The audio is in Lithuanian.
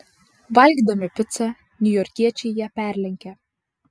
valgydami picą niujorkiečiai ją perlenkia